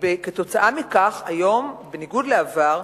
כתוצאה מכך, היום, בניגוד לעבר,